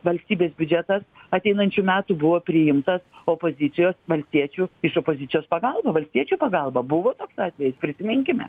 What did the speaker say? valstybės biudžetas ateinančių metų buvo priimtas opozicijos valstiečių iš opozicijos pagalba valstiečių pagalba buvo atvejis prisiminkime